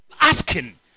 asking